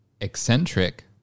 eccentric